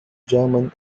german